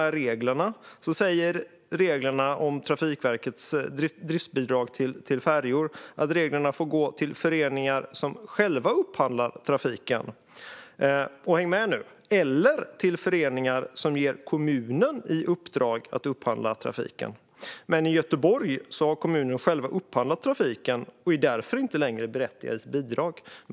Reglerna säger att Trafikverkets driftsbidrag till färjor får gå till föreningar som själva upphandlar trafiken eller - häng med nu - till föreningar som ger kommunen i uppdrag att upphandla trafiken. Men i Göteborg har kommunen själv upphandlat trafiken och är därför inte längre berättigad till bidrag.